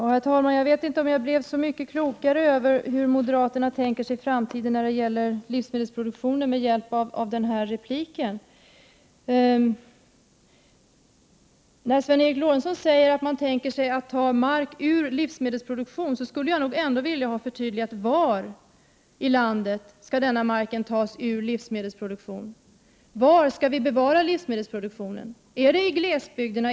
Herr talman! Jag vet inte om jag blev så mycket klokare om hur moderaterna tänker sig framtiden när det gäller livsmedelsproduktionen med hjälp av Sven Eric Lorentzons replik. När Sven Eric Lorentzon säger att man tänker sig ta mark ur livsmedelsproduktion, skulle jag ändå vilja ha förtydligat var i landet denna mark skall tas. Var skall vi bevara livsmedelsproduktionen? Är det i glesbygderna?